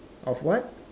of what